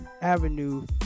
Avenue